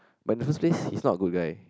but in the first place he is not a good guy